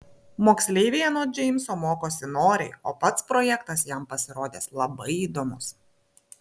moksleiviai anot džeimso mokosi noriai o pats projektas jam pasirodęs labai įdomus